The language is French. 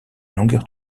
longueur